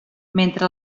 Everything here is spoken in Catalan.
mentre